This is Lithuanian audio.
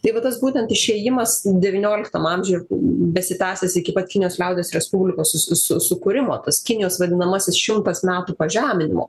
tai vat tas būtent išėjimas devynioliktam amžiuj besitęsiąs iki pat kinijos liaudies respublikos su sukūrimo tas kinijos vadinamasis šimtas metų pažeminimo